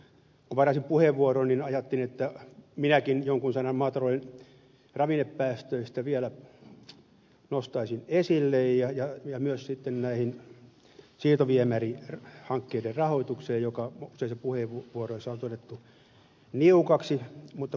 kun varasin puheenvuoron ajattelin että minäkin jonkun sanan maatalouden ravinnepäästöistä vielä nostaisin esille ja myös näiden siirtoviemärihankkeiden rahoituksesta joka useissa puheenvuoroissa on todettu niukaksi mutta kun täällä ed